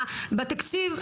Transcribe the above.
בתקציב.